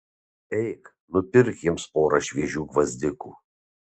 eik nupirk jiems porą šviežių gvazdikų